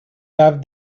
have